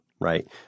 right